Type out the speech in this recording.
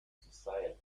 society